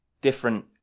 different